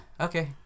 okay